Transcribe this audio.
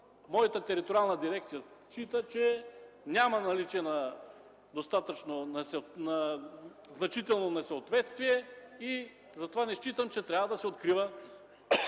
моята териториална дирекция счита, че няма наличие на значително несъответствие и за това не считам, че трябва да се продължава